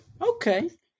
Okay